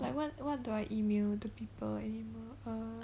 like what what do I email the people anymore err